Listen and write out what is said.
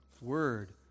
word